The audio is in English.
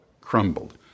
crumbled